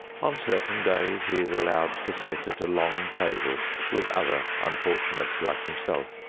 on certain days he is allowed to sit at a long table with other unfortunates like himself,